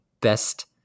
best